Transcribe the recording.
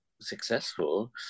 successful